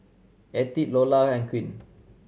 Ettie Lola and Queen